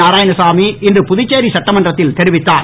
நாராயணசாமி இன்று புதுச்சேரி சட்டமன்றத்தில் தெரிவித்தார்